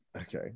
Okay